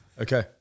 Okay